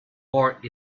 board